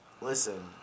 Listen